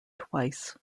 twice